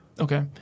Okay